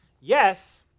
Yes